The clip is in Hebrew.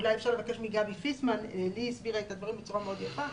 אולי אפשר לבקש מגבי פיסמן כי לי היא הסבירה את הדברים בצורה מאוד יפה.